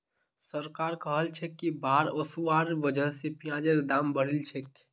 सरकार कहलछेक कि बाढ़ ओसवार वजह स प्याजेर दाम बढ़िलछेक